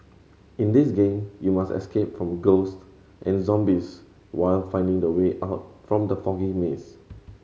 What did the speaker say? in this game you must escape from ghosts and zombies while finding the way out from the foggy maze